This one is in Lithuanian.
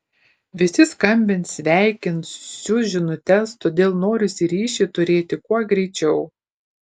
visi skambins sveikins siųs žinutes todėl norisi ryšį turėti kuo greičiau